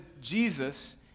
Jesus